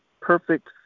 perfect